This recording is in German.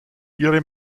ihre